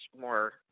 more